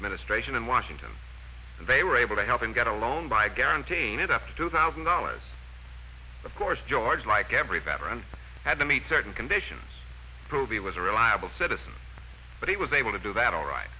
administration in washington they were able to help him get a loan by guaranteeing it up to two thousand dollars of course george like every veteran had to meet certain conditions prove it was a reliable citizen but he was able to do that all right